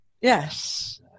Yes